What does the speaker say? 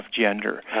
gender